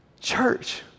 church